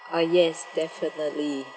ah yes definitely